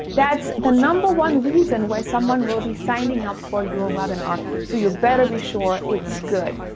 that's the number one reason why someone will be signing up for your webinar. so you better be sure it's good.